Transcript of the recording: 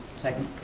second.